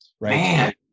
man